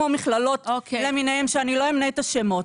כמו מכללות למיניהן שאני לא אמנה את השמות.